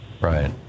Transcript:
Right